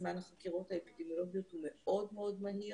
זמן החקירות האפידמיולוגיות הוא מאוד מאוד מהיר.